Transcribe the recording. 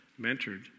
mentored